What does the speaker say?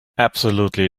absolutely